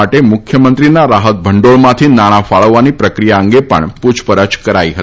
માટે મુખ્યમંત્રીના રાહત ભંડોળમાંથી નાણાં ફાળવવાની પ્રક્રિયા અંગે પણ પૂછપરછ કરાઈ હતી